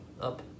up